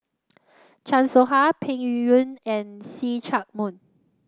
Chan Soh Ha Peng Yuyun and See Chak Mun